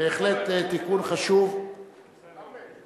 16 בעד, אין מתנגדים,